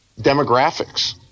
demographics